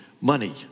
money